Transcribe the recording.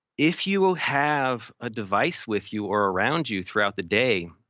if you will have a device with you or around you throughout the day,